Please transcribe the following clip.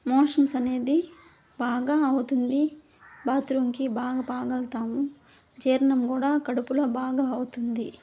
motions అనేది బాగా అవుతుంది బాత్రూంకి బాగా పోగలుగుతాము జీర్ణం కూడా కడుపులో బాగా అవుతుంది